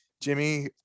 Jimmy